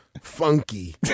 Funky